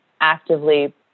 actively